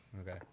Okay